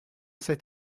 cet